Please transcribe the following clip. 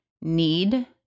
need